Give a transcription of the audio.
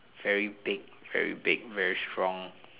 very big very big very strong